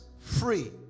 free